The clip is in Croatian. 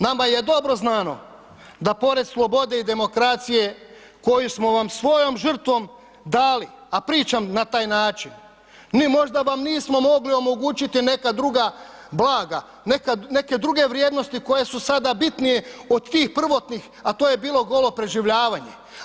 Nama je dobro znano da pored slobode i demokracije koju smo vam svojom žrtvom dali, a pričam na taj način, mi možda vam nismo mogli omogućiti neka druga blaga, neke druge vrijednosti koje su sada bitnije od tih prvotnih, a to je bilo golo preživljavanje.